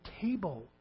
table